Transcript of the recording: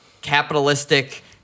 capitalistic